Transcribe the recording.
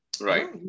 Right